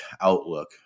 outlook